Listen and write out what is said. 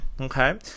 okay